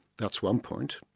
that's one point.